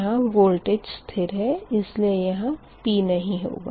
यहाँ वोल्टेज स्थिर है इसलिए यहाँ p नही होगा